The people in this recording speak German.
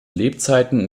lebzeiten